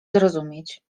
zrozumieć